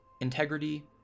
integrity